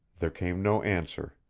there came no answer,